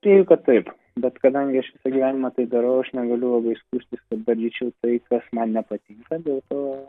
spėju kad taip bet kadangi aš visą gyvenimą tai darau aš negaliu labai skųstis kad bandyčiau tai kas man nepatinka dėl to